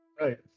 Right